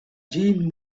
jean